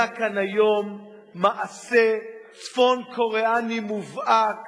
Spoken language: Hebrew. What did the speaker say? היה כאן היום מעשה צפון-קוריאני מובהק